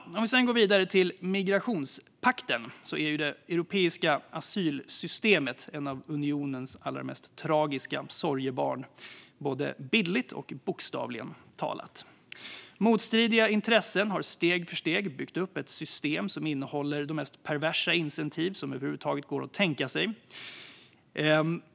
För att gå vidare till migrationspakten är det europeiska asylsystemet ett av unionens allra mest tragiska sorgebarn, både bildligt och bokstavligt talat. Motstridiga intressen har steg för steg byggt upp ett system som innehåller de mest perversa incitament som över huvud taget går att tänka sig.